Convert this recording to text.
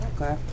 Okay